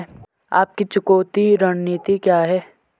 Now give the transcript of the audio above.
आपकी चुकौती रणनीति क्या है?